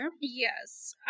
Yes